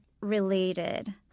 related